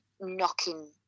knocking